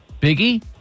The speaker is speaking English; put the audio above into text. Biggie